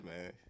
man